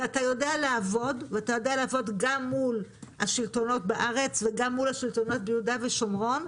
ואתה יודע לעבוד גם מול השלטונות בארץ וגם מול השלטונות ביהודה ושומרון,